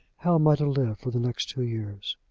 how am i to live for the next two years?